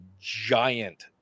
giant